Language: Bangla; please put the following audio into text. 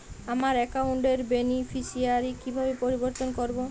আমার অ্যাকাউন্ট র বেনিফিসিয়ারি কিভাবে পরিবর্তন করবো?